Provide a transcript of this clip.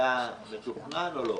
היה מתוכנן או לא?